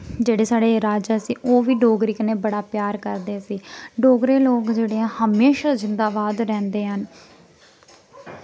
जेह्ड़े साढ़े राजा से ओह् बी डोगरी कन्नै बड़ा प्यार करदे सी डोगरे लोक जेह्ड़े ऐ हमेशा जिंदाबाद रैंह्दे न